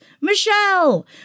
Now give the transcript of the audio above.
Michelle